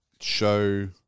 show